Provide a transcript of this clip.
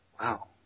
Wow